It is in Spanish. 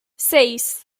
seis